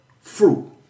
fruit